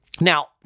Now